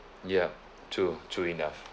yup true true enough